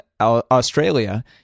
Australia